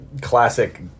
classic